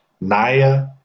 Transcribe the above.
Naya